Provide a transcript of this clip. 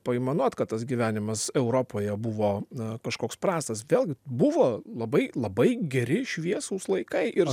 paaimanuot kad tas gyvenimas europoje buvo kažkoks prastas vėlgi buvo labai labai geri šviesūs laikai ir